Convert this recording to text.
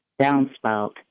downspout